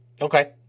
Okay